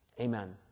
Amen